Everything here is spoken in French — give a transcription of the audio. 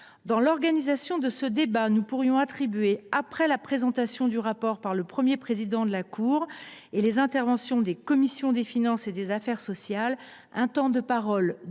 Dans l’organisation de ce débat, nous pourrions attribuer, après la présentation du rapport par le Premier président de la Cour et les interventions des commissions des finances et des affaires sociales, un temps de parole